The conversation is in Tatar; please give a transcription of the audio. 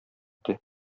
иде